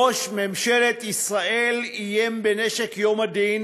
ראש ממשלת ישראל איים בנשק יום הדין